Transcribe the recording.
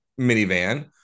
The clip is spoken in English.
minivan